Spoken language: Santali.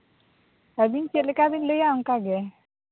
ᱟᱹᱵᱤᱱ ᱪᱮᱫ ᱞᱮᱠᱟ ᱵᱤᱱ ᱞᱟᱹᱭᱟ ᱚᱱᱠᱟᱜᱮ